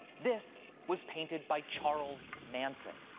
this was painted by chares manson,